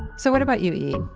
so what about you, e?